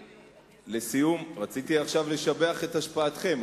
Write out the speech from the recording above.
לסיום רציתי עכשיו לשבח את השפעתכם,